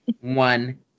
one